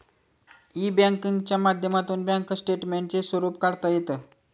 E बँकिंगच्या माध्यमातून bank स्टेटमेंटचे स्वरूप काढता येतं